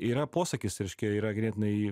yra posakis reiškia yra ganėtinai